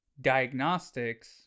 diagnostics